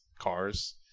cars